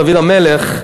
דוד המלך,